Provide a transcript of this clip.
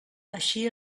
així